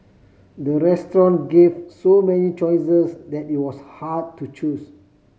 the restaurant gave so many choices that it was hard to choose